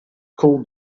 called